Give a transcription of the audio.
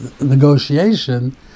negotiation